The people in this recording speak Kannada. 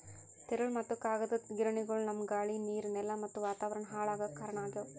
ತಿರುಳ್ ಮತ್ತ್ ಕಾಗದದ್ ಗಿರಣಿಗೊಳು ನಮ್ಮ್ ಗಾಳಿ ನೀರ್ ನೆಲಾ ಮತ್ತ್ ವಾತಾವರಣ್ ಹಾಳ್ ಆಗಾಕ್ ಕಾರಣ್ ಆಗ್ಯವು